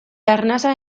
arnasa